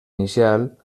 inicial